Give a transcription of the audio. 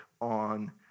on